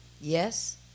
Yes